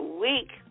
week